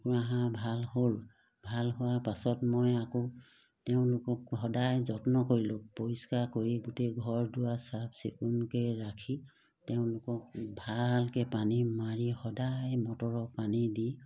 কুকুৰা হাঁহ ভাল হ'ল ভাল হোৱাৰ পাছত মই আকৌ তেওঁলোকক সদায় যত্ন কৰিলোঁ পৰিষ্কাৰ কৰি গোটেই ঘৰ দুৱাৰ চাফ চিকুণকৈ ৰাখি তেওঁলোকক ভালকৈ পানী মাৰি সদায় মটৰৰ পানী দি